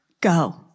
go